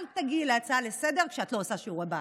אל תגיעי להצעה לסדר-היום כשאת לא עושה שיעורי בית.